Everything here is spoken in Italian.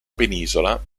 penisola